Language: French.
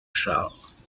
chars